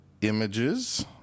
images